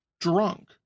drunk